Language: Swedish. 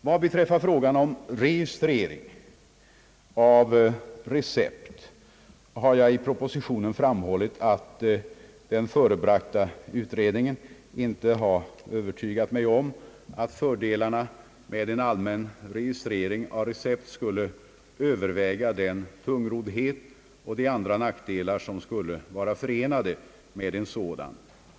Vad beträffar frågan om registrering av recept har jag i propositionen framhållit att den förebragta utredningen inte har övertygat mig om att fördelarnar med en allmän registrering av re cept skulle överväga den tungroddhet och de andra nackdelar som skulle vara förenade med en sådan.